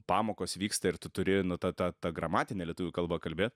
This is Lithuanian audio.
pamokos vyksta ir tu turi nu ta ta ta gramatine lietuvių kalba kalbėt